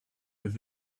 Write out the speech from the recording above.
with